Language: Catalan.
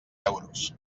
euros